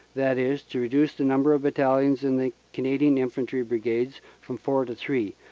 that is, to reduce the number of battalions in the canadian infantry brigades from four to three.